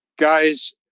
guys